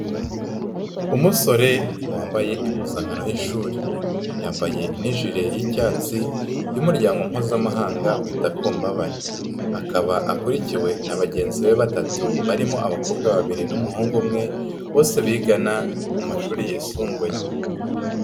Umusore wambaye impuzankano y'ishuri, yambaye n'ijire y'icyatsi y'Umuryango Mpuzamahanga wita ku mbabare, akaba akurikiwe na bagenzi be batatu barimo abakobwa babiri n'umuhungu umwe, bose bigana mu mu mashuri yisumbuye.